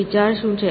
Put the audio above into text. વિચાર શું છે